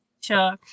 Sure